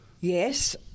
Yes